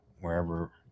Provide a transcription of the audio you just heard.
wherever